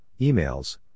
emails